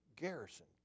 garrison